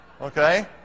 Okay